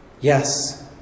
Yes